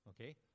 Okay